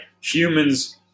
humans